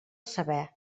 saber